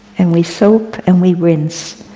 and we soap, and we rinse.